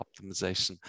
optimization